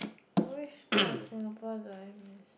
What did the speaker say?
which part of Singapore do I miss